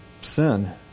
sin